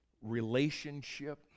relationship